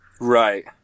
Right